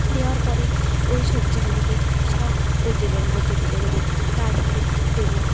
দেওয়ার পরে ওই সবজিগুলিকে সব ওই তেলের মধ্যে তুলে দেব তারপরে দেব